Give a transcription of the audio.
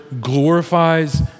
glorifies